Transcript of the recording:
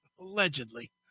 Allegedly